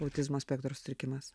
autizmo spektro sutrikimas